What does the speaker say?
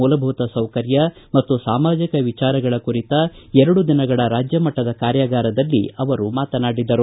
ಮೂಲಭೂತ ಸೌಕರ್ಯ ಮತ್ತು ಸಾಮಾಜಕ ವಿಚಾರಗಳ ಕುರಿತ ಎರಡು ದಿನಗಳ ರಾಜ್ಯ ಮಟ್ಟದ ಕಾರ್ಯಗಾರದಲ್ಲಿ ಭಾಗವಹಿಸಿ ಮಾತನಾಡಿದರು